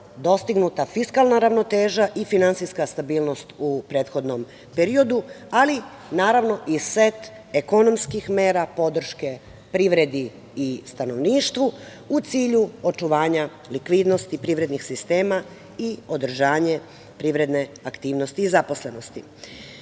dostignuta fiskalna ravnoteža i finansijska stabilnost u prethodnom periodu, ali naravno i set ekonomskih mera podrške privredi i stanovništvu u cilju očuvanja likvidnosti privrednih sistema i održanje privredne aktivnosti i zaposlenosti. Pridruživanje